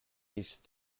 least